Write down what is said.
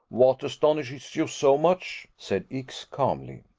what astonishes you so much? said x, calmly.